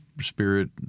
spirit